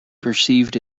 perceived